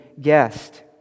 guest